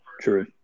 True